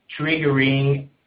triggering